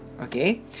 Okay